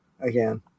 again